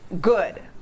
good